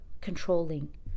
controlling